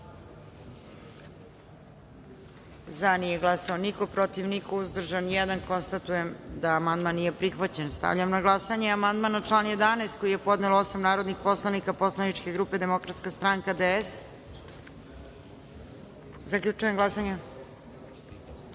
glasanje: za – niko, protiv – niko, uzdržan – jedan. Konstatujem da amandman nije prihvaćen. Stavljam na glasanje amandman na član 11. koji je podnelo osam narodnih poslanika poslaničke grupe Demokratska stranka - DS.Zaključujem glasanje: